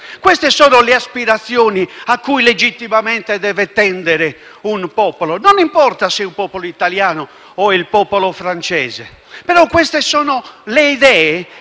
queste sono le aspirazioni cui legittimamente deve tendere un popolo, non importa se sia il popolo italiano o francese. Queste sono le idee